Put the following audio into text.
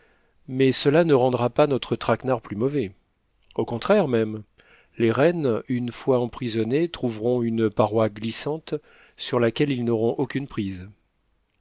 mais cela ne rendra pas notre traquenard plus mauvais au contraire même les rennes une fois emprisonnés trouveront une paroi glissante sur laquelle ils n'auront aucune prise